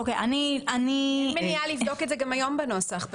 אין מניעה לבדוק את זה גם היום בנוסח.